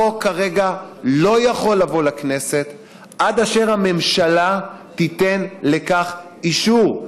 החוק כרגע לא יכול לבוא לכנסת עד אשר הממשלה תיתן לכך אישור,